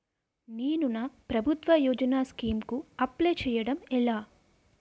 నేను నా ప్రభుత్వ యోజన స్కీం కు అప్లై చేయడం ఎలా?